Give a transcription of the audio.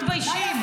במה מתביישים?